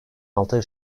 altı